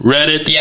Reddit